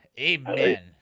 Amen